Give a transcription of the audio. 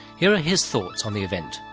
here are his thoughts on the event.